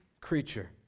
creature